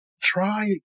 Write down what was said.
try